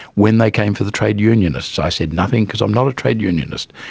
when they came for the trade unionists i said nothing because i'm not a trade unionist.